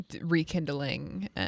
rekindling